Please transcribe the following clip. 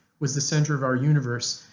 was the center of our universe,